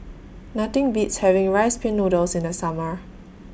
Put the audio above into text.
Nothing Beats having Rice Pin Noodles in The Summer